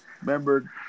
remember